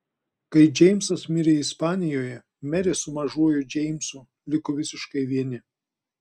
kai džeimsas mirė ispanijoje merė su mažuoju džeimsu liko visiškai vieni